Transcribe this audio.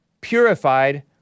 purified